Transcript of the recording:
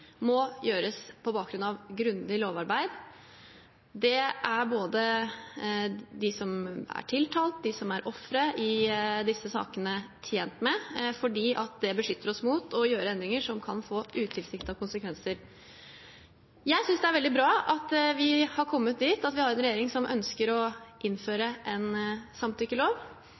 må gjøres på bakgrunn av et grundig lovarbeid. Det er både de som er tiltalt, og de som er ofre i disse sakene, tjent med, for det beskytter oss mot å gjøre endringer som kan få utilsiktede konsekvenser. Jeg synes det er veldig bra at vi har kommet dit at vi har en regjering som ønsker å innføre en samtykkelov.